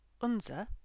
unser